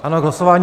Ano, k hlasování.